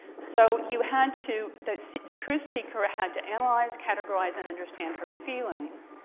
so you had to the the truth seeker had to analyze, categorize, and understand her feelings.